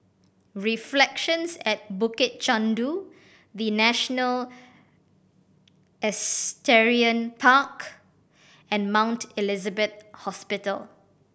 Reflections at Bukit Chandu The National Park and Mount Elizabeth Hospital